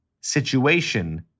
situation